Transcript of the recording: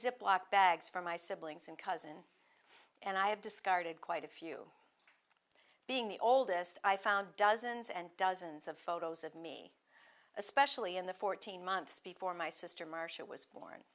ziploc bags for my siblings and cousin and i have discarded quite a few being the oldest i found dozens and dozens of photos of me especially in the fourteen months before my sister marcia was born